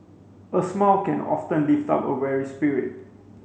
a smile can often lift up a weary spirit